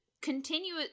continue